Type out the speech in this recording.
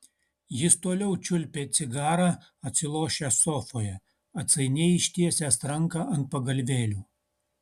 jis toliau čiulpė cigarą atsilošęs sofoje atsainiai ištiesęs ranką ant pagalvėlių